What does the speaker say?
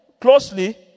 closely